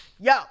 Yo